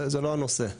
זה לא הנושא.